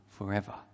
forever